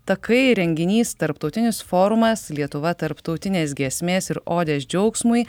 takai renginys tarptautinis forumas lietuva tarptautinės giesmės ir odės džiaugsmui